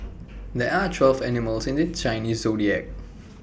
there are twelve animals in the Chinese Zodiac